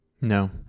No